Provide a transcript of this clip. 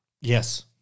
Yes